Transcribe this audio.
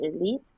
elite